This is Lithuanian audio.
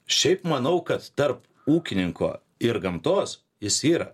šiaip manau kad tarp ūkininko ir gamtos jis yra